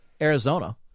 Arizona